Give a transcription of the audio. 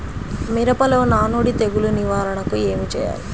మిరపలో నానుడి తెగులు నివారణకు ఏమి చేయాలి?